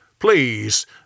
Please